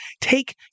take